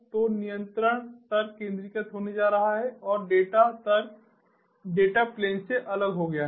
तो नियंत्रण तर्क केंद्रीकृत होने जा रहा है और डेटा तर्क डेटा प्लेन से अलग हो गया है